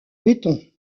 béton